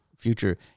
future